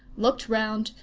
looked round,